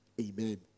Amen